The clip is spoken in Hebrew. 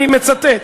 אני מצטט,